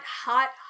hot